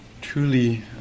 truly